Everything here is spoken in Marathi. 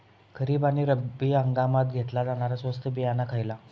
खरीप आणि रब्बी हंगामात घेतला जाणारा स्वस्त बियाणा खयला?